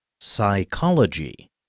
Psychology